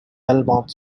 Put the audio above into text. belmont